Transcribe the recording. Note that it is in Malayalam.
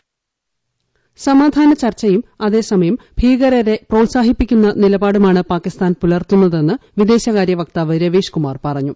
വോയിസ് സമാധാന ചർച്ചയും അതേസമയം ഭീകരരെ പ്രോത്സാഹിപ്പിക്കുന്ന നിലപാടുമാണ് പാകിസ്ഥാൻ പുലർത്തുന്നതെന്ന് വിദേശകാര്യ വക്താവ് രവീഷ് കുമാർ പറഞ്ഞു